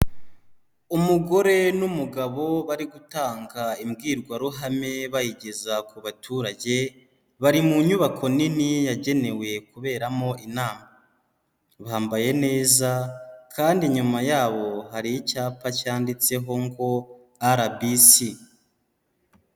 Umugore n'umugabo bari gutanga imbwirwaruhame bayigeza ku baturage, bari mu nyubako nini yagenewe kuberamo inama, bambaye neza kandi nyuma yabo hari icyapa cyanditseho ngo RBC.